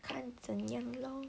看怎样咯